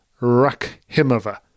Rakhimova